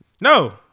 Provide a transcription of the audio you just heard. No